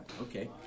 okay